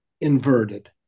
inverted